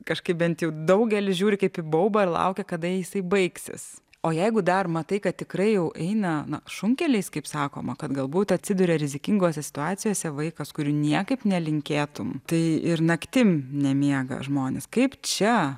kažkaip bent jau daugelis žiūri kaip į baubą ir laukia kada jisai baigsis o jeigu dar matai kad tikrai jau eina na šunkeliais kaip sakoma kad galbūt atsiduria rizikingose situacijose vaikas kurių niekaip nelinkėtum tai ir naktim nemiega žmonės kaip čia